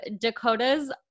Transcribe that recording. Dakota's –